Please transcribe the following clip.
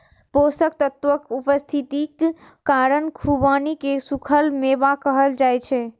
पोषक तत्वक उपस्थितिक कारण खुबानी कें सूखल मेवा कहल जाइ छै